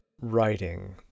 writing